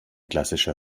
klassischer